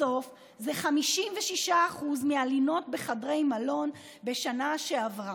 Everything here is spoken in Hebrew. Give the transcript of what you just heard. בסוף זה 56% מהלינות בחדרי המלון בשנה שעברה.